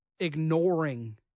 ignoring